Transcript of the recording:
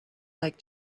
like